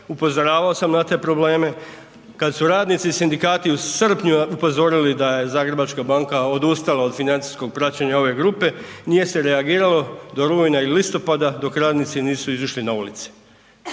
Upozoravao sam na te probleme. Kad su radnici i sindikati u srpnju upozorili da je Zagrebačka banka odustala od financijskog praćenja ove grupe nije se reagiralo do rujna ili listopada dok radnici nisu izišli na ulice.